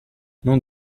non